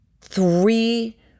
three—